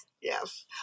Yes